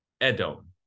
Edom